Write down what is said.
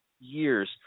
years